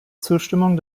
zustimmung